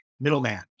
middleman